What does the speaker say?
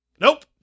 Nope